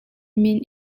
min